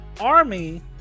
army